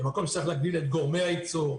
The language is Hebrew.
ובמקום שצריך להגדיל את גורמי הייצור,